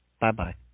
Bye-bye